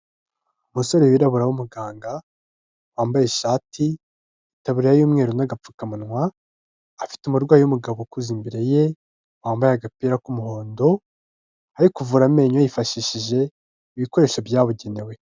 Umusore wirabura w'umuganga wambaye ishati, itaburiya y'umweru n'agapfukamunwa, afite umurwayi w'umugabo ukuze imbere ye, wambaye agapira k'umuhondo ari kuvura amenyo yifashishije ibikoresho byabugenewe.